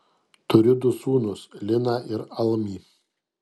turiu du sūnus liną ir almį